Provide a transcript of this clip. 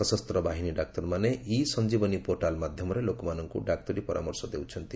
ସଶସ୍ତ ବାହିନୀ ଡାକ୍ତରମାନେ ଇ ସଞ୍ଜିବନୀ ପୋର୍ଟାଲ୍ ମାଧ୍ୟମରେ ଲୋକମାନଙ୍କୁ ଡାକ୍ତରୀ ପରାମର୍ଶ ଦେଉଛନ୍ତି